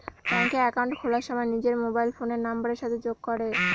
ব্যাঙ্কে একাউন্ট খোলার সময় নিজের মোবাইল ফোনের নাম্বারের সাথে যোগ করে